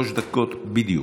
שלוש דקות בדיוק.